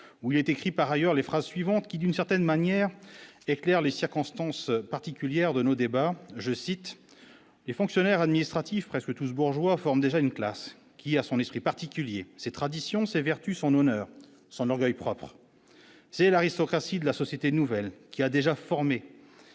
où il est écrit par ailleurs les phrases suivantes qui d'une certaine manière, éclairent les circonstances particulières de nos débats, je cite : les fonctionnaires administratifs presque tous bourgeois forment déjà une classe qui a son esprit particulier, ses traditions, ses vertus son honneur, son orgueil propre, c'est l'aristocratie de la société nouvelle qui a déjà formé